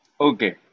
Okay